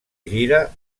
gira